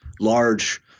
large